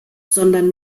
sondern